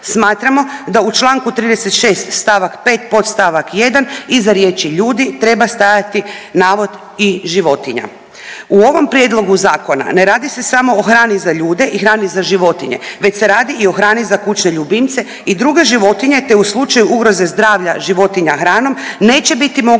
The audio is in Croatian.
Smatramo da u članku 36. stavak 5. podstavak 1. iza riječi: „ljudi“ treba stajati navod „i životinja“. U ovom prijedlogu zakona ne radi se samo o hrani za ljude i hrani za životinje, već se radi i o hrani za kućne ljubimce i druge životinje, te u slučaju ugroze zdravlja životinja hranom neće biti moguće